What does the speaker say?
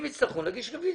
אם יצטרכו, נגיש רביזיה.